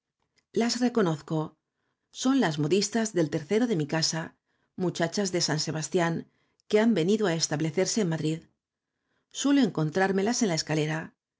las reconozco son las modistas del tercero de mi casa muchachas de san sebastián que han venido á establecerse en madrid suelo encontrármelas en la escalera